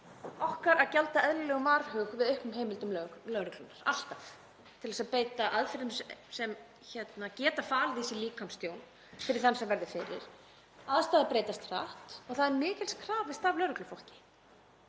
okkar að gjalda eðlilegan varhuga við auknum heimildum lögreglunnar, alltaf, til þess að beita aðferðum sem geta falið í sér líkamstjón fyrir þann sem verður fyrir. Aðstæður breytast hratt og það er mikils krafist af lögreglufólki